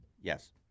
Yes